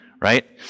right